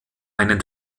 einen